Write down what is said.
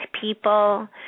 people